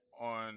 on